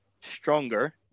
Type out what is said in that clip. stronger